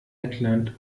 lettland